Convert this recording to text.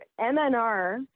mnr